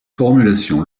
formulation